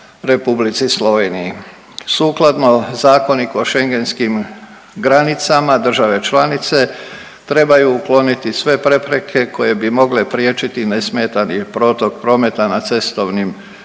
Sukladno Zakoniku o schengenskim granicama države članice trebaju ukloniti sve prepreke koje bi mogle priječiti nesmetani protok prometa na cestovnim graničnim